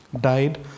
died